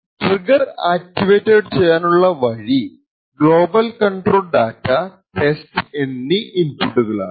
trigger activated ചെയ്യാനല്ല വഴി global control data test എന്നീ ഇൻപുട്ടുകളാണ്